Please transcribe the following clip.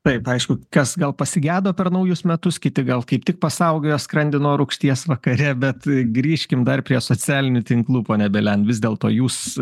taip aišku kas gal pasigedo per naujus metus kiti gal kaip tik pasaugojo skrandį nuo rūgšties vakare bet grįžkim dar prie socialinių tinklų ponia belen vis dėlto jūs